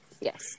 yes